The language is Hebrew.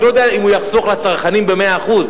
אני לא יודע הוא יחסוך לצרכנים במאה אחוז,